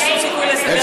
אין סיכוי לסדר את זה.